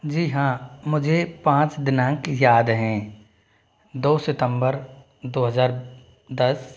जी हाँ मुझे पाँच दिनांक याद हैं दो सितम्बर दो हज़ार दस